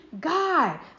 god